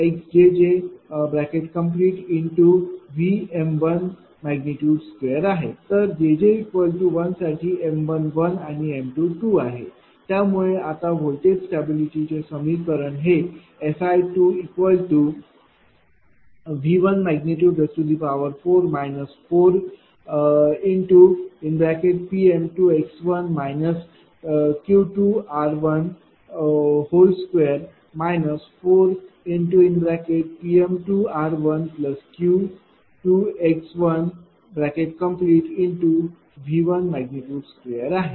तर jj1 साठी m11 m22 आहे त्यामुळे आता व्होल्टेज स्टॅबिलिटी इंडेक्सचे समीकरण हेSI2।V।4 4P2x1 Q2r12 4P2r1Q2x1।V।2 आहे